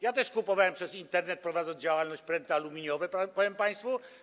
Ja też kupowałem przez Internet, prowadząc działalność, pręty aluminiowe, powiem państwu.